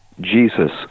Jesus